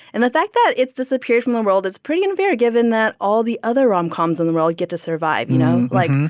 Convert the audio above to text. and the fact that it's disappeared from the world is pretty unfair given that all the other rom-coms in the world get to survive, you know? like,